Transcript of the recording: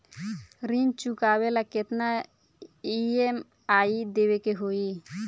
ऋण चुकावेला केतना ई.एम.आई देवेके होई?